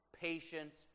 patience